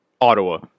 Ottawa